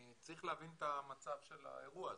צריך להבין את המצב של האירוע הזה,